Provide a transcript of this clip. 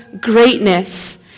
greatness